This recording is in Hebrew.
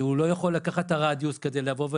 והוא לא יכול לקחת את הרדיוס כדי לבוא,